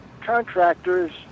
contractors